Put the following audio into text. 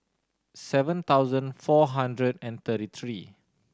seven thousand four hundred and thirty three